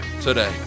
today